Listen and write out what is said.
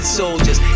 soldiers